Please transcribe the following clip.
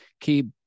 keep